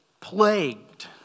plagued